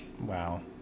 Wow